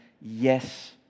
yes